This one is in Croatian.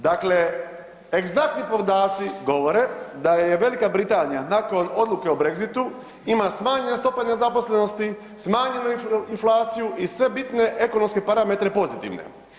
Dakle, egzaktni podaci govore da je Velika Britanija nakon odluke o brexitu ima smanjenu stopu nezaposlenosti, smanjenu inflaciju i sve bitne ekonomske parametre pozitivne.